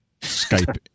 Skype